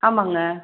ஆமாங்க